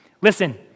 Listen